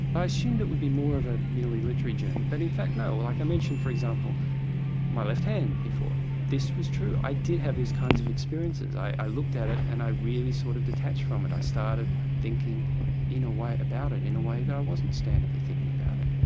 i assumed it would be more of a merely literary journey, but in fact no, like i mentioned for example my left hand before. this was true. i did have these kinds of experiences. i looked at it and i really sort of detached from it. i started thinking in a way about it, in a way that i wasn't standardly thinking about it,